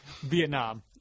Vietnam